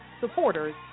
supporters